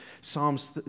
Psalms